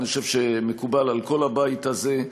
שאני חושב שמקובל על כל הבית הזה,